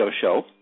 show